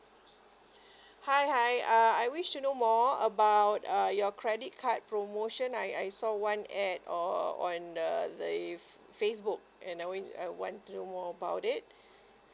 hi hi uh I wish to know more about uh your credit card promotion I I saw one at oh on the the f~ facebook and knowing I want to know more about it